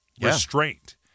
restraint